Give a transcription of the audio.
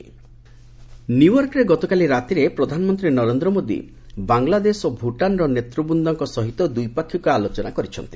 PM talk ନ୍ୟୁୟର୍କରେ ଗତକାଲି ରାତିରେ ପ୍ରଧାନମନ୍ତ୍ରୀ ନରେନ୍ଦ୍ର ମୋଦି ବାଂଲାଦେଶ ଓ ଭୁଟାନର ନେତୃବୃନ୍ଦଙ୍କ ସହିତ ଦ୍ୱିପାକ୍ଷିକ ଆଲୋଚନା କରିଛନ୍ତି